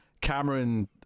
Cameron